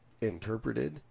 interpreted